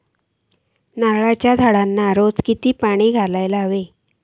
नारळाचा झाडांना रोज कितक्या पाणी घालुचा?